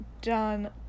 done